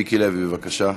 מיקי לוי, בבקשה.